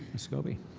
scobie